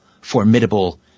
formidable